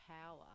power